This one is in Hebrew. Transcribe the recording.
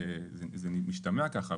זה משתמע ככה,